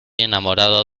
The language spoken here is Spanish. enamorado